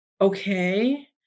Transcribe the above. okay